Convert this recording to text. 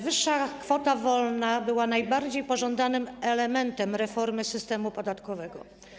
Wyższa kwota wolna była najbardziej pożądanym elementem reformy systemu podatkowego.